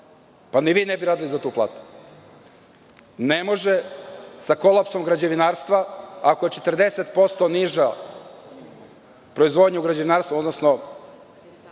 Ni vi ne biste radili za tu platu. Ne može sa kolapsom građevinarstva ako je 40% niža proizvodnja u građevinarstvu nego